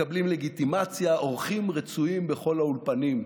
מקבלים לגיטימציה, אורחים רצויים בכל האולפנים.